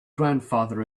grandfather